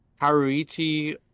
Haruichi